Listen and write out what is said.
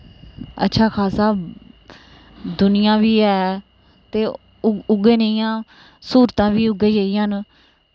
ते अच्छा खासा दुनियां बी ऐ ते उऐ नेहियां स्हूलतां बी उ'ऐ नेहियां न